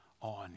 on